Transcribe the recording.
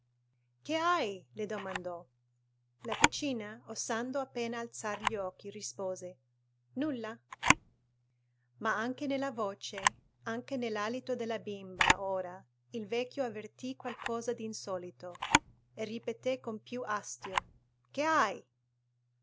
che hai le domandò la piccina osando appena alzar gli occhi rispose nulla ma anche nella voce anche nell'alito della bimba ora il vecchio avvertì qualcosa d'insolito e ripeté con più astio che hai